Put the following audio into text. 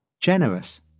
generous